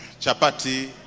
chapati